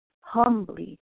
humbly